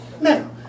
Now